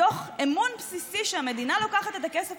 מתוך אמון בסיסי שהמדינה לוקחת את הכסף